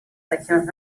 seccions